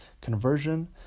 conversion